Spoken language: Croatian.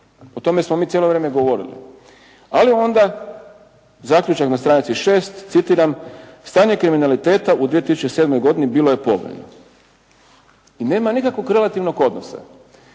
O tome smo mi cijelo vrijeme govorili. Ali onda zaključak na stranici 6, citiram: „Stanje kriminaliteta u 2007. godini bilo je povoljno.“ I nema nikakvog relativnog odnosa.